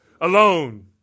Alone